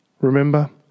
Remember